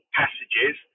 passages